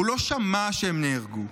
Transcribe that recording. הוא לא שמע שהם נהרגו.